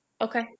Okay